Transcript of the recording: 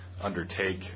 undertake